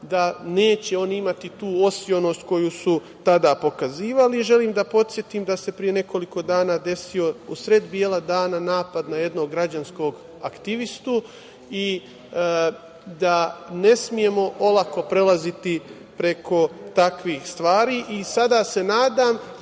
oni neće imati tu osionost koju su tada pokazivali. Želim da podsetim da se pre nekoliko dana desio usred bela dana napad na jednog građanskog aktivistu. Ne smemo olako prelaziti preko takvih stvari. Sada se nadam